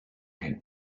tent